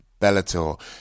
Bellator